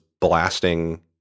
blasting